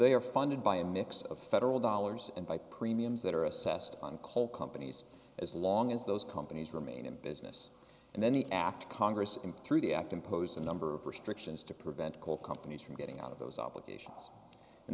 they are funded by a mix of federal dollars and by premiums that are assessed on coal companies as long as those companies remain in business and then he asked congress in through the act impose a number of restrictions to prevent coal companies from getting out of those obligations and